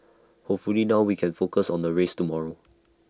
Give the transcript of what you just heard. hopefully now we can focus on the race tomorrow